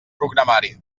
programari